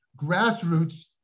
grassroots